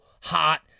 hot